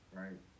right